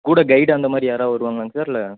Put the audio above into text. கூட கெய்டு அந்த மாதிரி யாராவது வருவாங்களாங்க சார் இல்லை